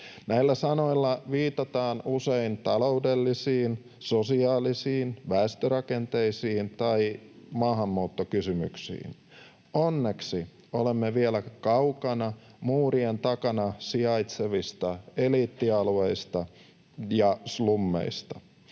Näillä sanoilla viitataan usein taloudellisiin, sosiaalisiin, väestörakenteellisiin tai maahanmuuttokysymyksiin. Onneksi olemme vielä kaukana muurien takana sijaitsevista eliittialueista ja slummeista.